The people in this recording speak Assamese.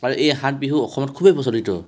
আৰু এই সাত বিহু অসমত খুবেই প্ৰচলিত